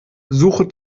suche